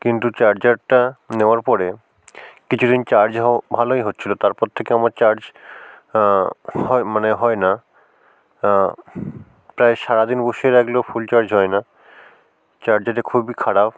কিন্তু চার্জারটা নেওয়ার পরে কিছুদিন চার্জ ভালোই হচ্ছিল তারপর থেকে আমার চার্জ হয় মানে হয় না প্রায় সারাদিন বসিয়ে রাখলেও ফুল চার্জ হয় না চার্জারটি খুবই খারাপ